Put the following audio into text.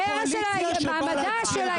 שימו לב, אין אף אישה בקואליציה שבאה להצביע בעד.